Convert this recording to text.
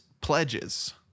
pledges